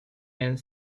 and